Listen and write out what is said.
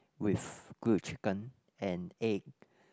with grilled chicken and egg